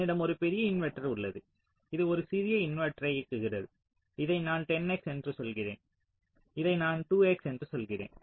என்னிடம் ஒரு பெரிய இன்வெர்ட்டர் உள்ளது இது ஒரு சிறிய இன்வெர்ட்டரை இயக்குகிறது இதை நான் 10 X என்று சொல்கிறேன் இதை நான் 2 X என்று சொல்கிறேன்